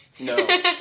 No